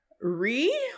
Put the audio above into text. Re